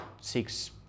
six